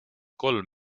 kolm